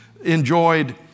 enjoyed